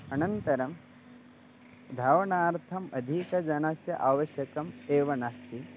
अनन्तरं धावनार्थम् अधिकजनस्य आवश्यकम् एव नास्ति